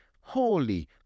holy